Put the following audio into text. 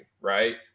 right